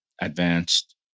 advanced